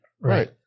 Right